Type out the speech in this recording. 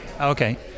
Okay